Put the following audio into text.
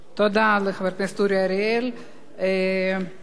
הדובר הבא, חבר הכנסת עמיר פרץ,